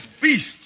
beast